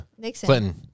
clinton